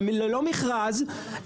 ללא מכרז,